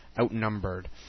outnumbered